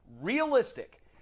realistic